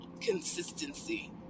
consistency